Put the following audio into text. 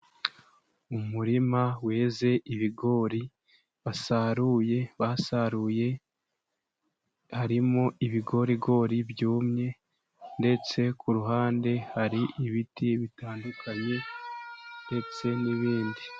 Umurima weze ibigori basaruye basaruye, harimo ibigorigori byumye, ndetse ku ruhande hari ibiti bitandukanye ndetse n'ibindi.